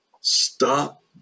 stop